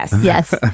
Yes